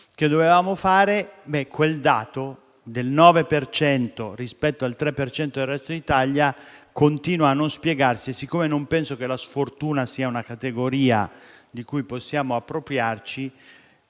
che dovevamo fare, quel dato del 9 per cento - rispetto al 3 per cento nel resto d'Italia - continua a non spiegarsi e siccome non penso che la sfortuna sia una categoria di cui possiamo appropriarci,